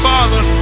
Father